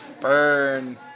burn